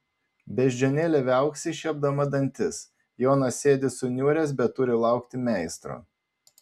beždžionėlė viauksi šiepdama dantis jonas sėdi suniuręs bet turi laukti meistro